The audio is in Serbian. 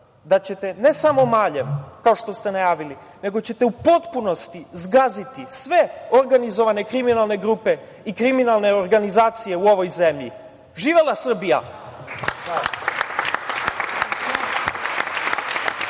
da ćete, ne samo maljem, kao što ste najavili, nego ćete u potpunosti zgaziti sve organizovane kriminalne grupe i kriminalne organizacije u ovoj zemlji. Živela Srbija!